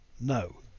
no